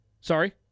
Sorry